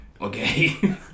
Okay